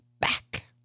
back